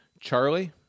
Charlie